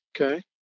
Okay